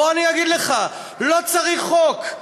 בוא אני אגיד לך: לא צריך חוק,